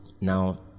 now